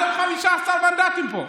אתם 15 מנדטים פה,